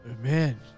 man